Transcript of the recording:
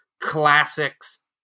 classics